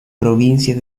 provincia